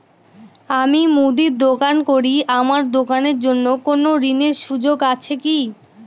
আমি মুদির দোকান করি আমার দোকানের জন্য কোন ঋণের সুযোগ আছে কি?